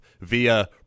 via